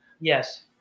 Yes